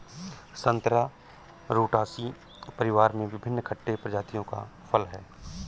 संतरा रुटासी परिवार में विभिन्न खट्टे प्रजातियों का फल है